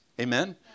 Amen